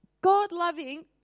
God-loving